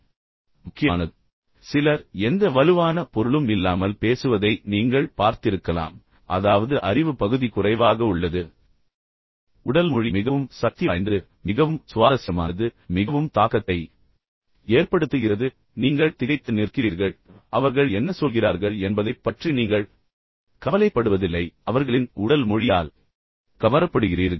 உண்மையில் சிலர் எந்த வலுவான பொருளும் இல்லாமல் பேசுவதை நீங்கள் பார்த்திருக்கலாம் அதாவது அறிவு பகுதி மிகவும் குறைவாக உள்ளது ஆனால் உடல் மொழி மிகவும் சக்திவாய்ந்தது மிகவும் சுவாரஸ்யமானது மிகவும் தாக்கத்தை ஏற்படுத்துகிறது நீங்கள் திகைத்து நிற்கிறீர்கள் பின்னர் அவர்கள் என்ன சொல்கிறார்கள் என்பதைப் பற்றி நீங்கள் கவலைப்படுவதில்லை ஆனால் அவர்களின் உடல் மொழியால் நீங்கள் எடுத்துச் செல்லப்படுகிறீர்கள்